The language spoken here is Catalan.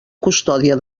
custòdia